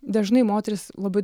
dažnai moterys labai